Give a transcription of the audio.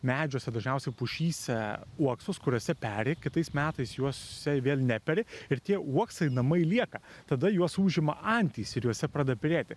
medžiuose dažniausiai pušyse uoksus kuriuose peri kitais metais juos vėl neperi ir tie uoksai namai lieka tada juos užima antys ir juose pradeda perėti